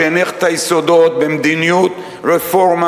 שהניח את היסודות במדיניות רפורמה